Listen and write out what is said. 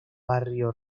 barrio